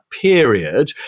period